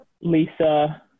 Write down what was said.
lisa